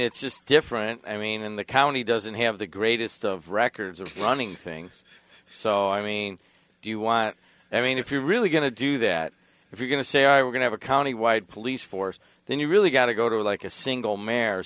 it's just different i mean in the county doesn't have the greatest of records of running things so i mean do you want i mean if you're really going to do that if you're going to say i'm going have a countywide police force then you really got to go to like a single marry